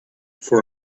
for